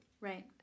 Right